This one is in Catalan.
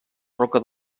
roca